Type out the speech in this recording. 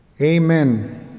Amen